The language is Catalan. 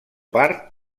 part